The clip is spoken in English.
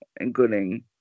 including